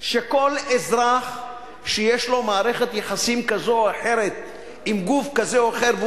שכל אזרח שיש לו מערכת יחסים כזאת או אחרת עם גוף כזה או אחר,